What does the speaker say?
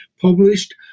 published